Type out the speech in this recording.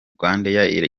rwandair